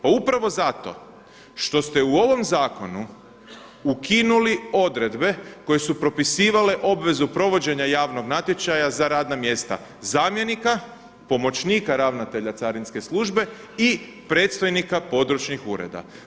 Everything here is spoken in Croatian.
Pa upravo zato što ste u ovom zakonu ukinuli odredbe koje su propisivale obvezu provođenja javnog natječaja za radna mjesta zamjenika, pomoćnika ravnatelja carinske službe i predstojnika područnih ureda.